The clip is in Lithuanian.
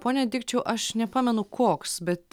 pone dikčiau aš nepamenu koks bet